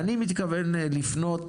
אני מתכוון לפנות,